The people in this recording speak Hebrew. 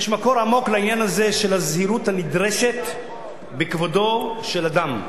יש מקור עמוק לעניין הזה של הזהירות הנדרשת בכבודו של אדם,